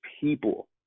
people